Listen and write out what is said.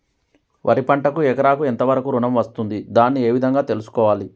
వరి పంటకు ఎకరాకు ఎంత వరకు ఋణం వస్తుంది దాన్ని ఏ విధంగా తెలుసుకోవాలి?